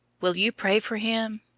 will you pray for him?